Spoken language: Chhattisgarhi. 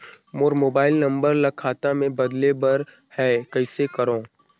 मोर मोबाइल नंबर ल खाता मे बदले बर हे कइसे करव?